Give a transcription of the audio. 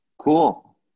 Cool